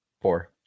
four